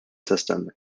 system